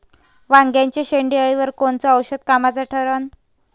वांग्याच्या शेंडेअळीवर कोनचं औषध कामाचं ठरन?